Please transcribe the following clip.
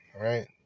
right